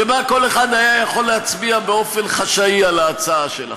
שבה כל אחד היה יכול להצביע באופן חשאי על ההצעה שלכם.